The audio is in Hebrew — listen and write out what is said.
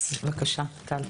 בבקשה, טל.